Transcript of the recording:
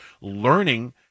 learning